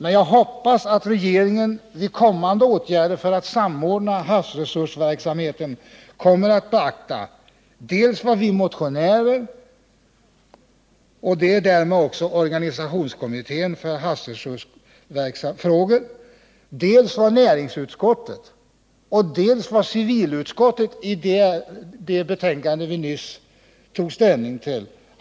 Men jag hoppas att regeringen när det gäller kommande åtgärder för att samordna havsresursverksamheten beaktar vad som har anförts dels av oss motionärer — och därmed också organisationskommittén för havsresursfrågor —, dels av näringsutskottet och dels även av civilutskottet i det betänkande vi nyss tog ställning till.